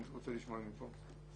אני רוצה לשמוע מפה.